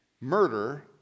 murder